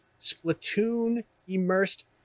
Splatoon-immersed